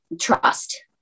trust